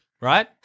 right